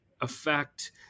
affect